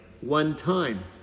one-time